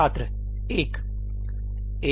छात्र एक एक